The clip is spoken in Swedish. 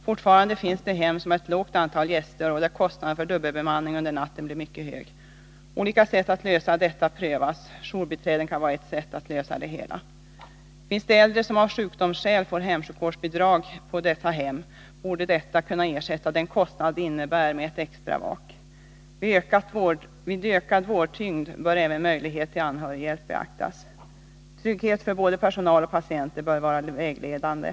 Fortfarande finns det hem som har ett litet antal gäster, varvid kostnaden för dubbelbemanning under natten blir mycket hög. Olika sätt att lösa detta prövas. Jourbiträden kan vara ett sätt att lösa problemet. Finns det äldre som av sjukdomsskäl får hemsjukvårdsbidrag på dessa hem, borde detta kunna ersätta den kostnad som extravak innebär. Vid ökad vårdtyngd bör även möjlighet till anhörighjälp beaktas. Trygghet för både personal och patienter bör vara det vägledande.